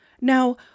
Now